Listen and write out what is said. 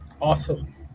Awesome